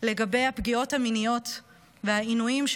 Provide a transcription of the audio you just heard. לגבי הפגיעות המיניות והעינויים,